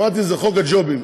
שמעתי שזה חוק הג'ובים.